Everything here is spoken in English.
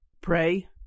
Pray